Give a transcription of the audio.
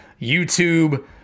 YouTube